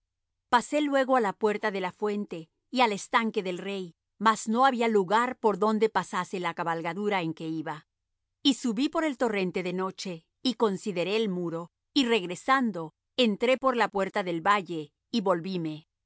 pasé luego á la puerta de la fuente y al estanque del rey mas no había lugar por donde pasase la cabalgadura en que iba y subí por el torrente de noche y consideré el muro y regresando entré por la puerta del valle y volvíme y